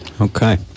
Okay